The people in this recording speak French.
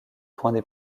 points